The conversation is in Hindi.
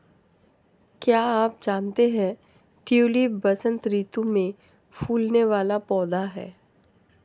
क्या आप जानते है ट्यूलिप वसंत ऋतू में फूलने वाला पौधा है